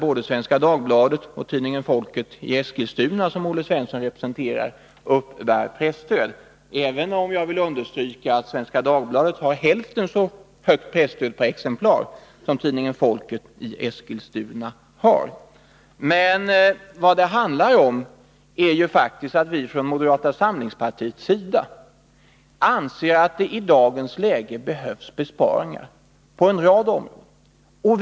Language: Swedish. Både Svenska Dagbladet och tidningen Folket i Eskilstuna, som Olle Svensson representerar, uppbär presstöd. Men jag vill understryka att Svenska Dagbladet har hälften så högt presstöd per exemplar som tidningen Folket. Vad det handlar om är faktiskt att vi från moderata samlingspartiets sida anser att det i dagens läge behöver göras besparingar på en rad områden.